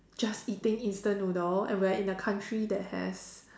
just eating instant noodle and we're in the country that has